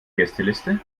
gästeliste